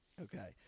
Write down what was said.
Okay